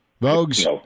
Vogue's